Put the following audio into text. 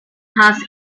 has